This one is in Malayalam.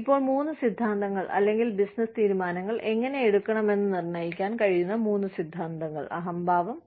ഇപ്പോൾ മൂന്ന് സിദ്ധാന്തങ്ങൾ അല്ലെങ്കിൽ ബിസിനസ്സ് തീരുമാനങ്ങൾ എങ്ങനെ എടുക്കണമെന്ന് നിർണ്ണയിക്കാൻ കഴിയുന്ന മൂന്ന് സിദ്ധാന്തങ്ങൾ അഹംഭാവം